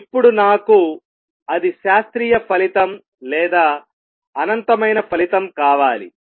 ఇప్పుడు నాకు అది శాస్త్రీయ ఫలితం లేదా అనంతమైన ఫలితం కావాలి